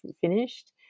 finished